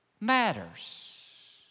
matters